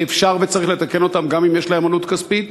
שאפשר וצריך לתקן אותם גם אם יש להם עלות כספית,